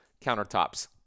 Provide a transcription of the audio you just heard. countertops